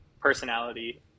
personality